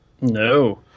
No